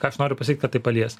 ką aš noriu pasakyt kad tai palies